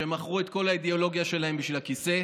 שמכרו את כל האידיאולוגיה שלהם בשביל הכיסא,